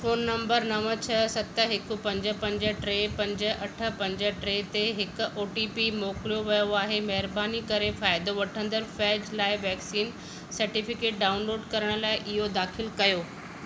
phone नंबरु नव छह सत हिकु पंज पंज टे पंज अठ पंज टे ते हिकु ओ टी पी मोकिलियो वियो आहे महिरबानी करे फ़ाइदो वठंदड़ु फैज़ लाइ वैक्सीन सर्टिफ़िकेटु डाउनलोडु करणु लाइ इहो दाख़िलु कयो